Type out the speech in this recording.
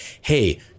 hey